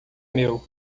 meu